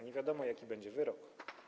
Nie wiadomo, jaki będzie wyrok.